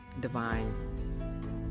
divine